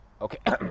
Okay